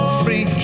free